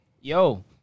yo